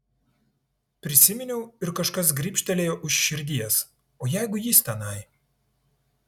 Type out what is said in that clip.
prisiminiau ir kažkas gribštelėjo už širdies o jeigu jis tenai